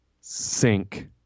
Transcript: Sink